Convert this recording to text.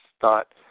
thought